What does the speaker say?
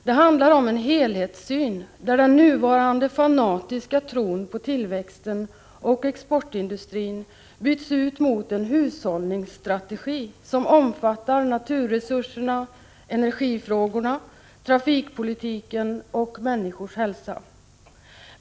Det handlar om en helhetssyn, där den nuvarande fanatiska tron på tillväxten och exportindustrin byts ut mot en hushållningsstrategi som omfattar naturresurserna, energifrågorna, trafikpolitiken och människors hälsa.